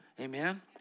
Amen